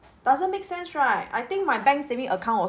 doesn't make sense right I think my bank saving account